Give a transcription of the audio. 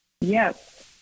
yes